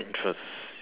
interests